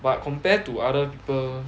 but compare to other people